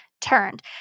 turned